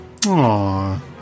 Aww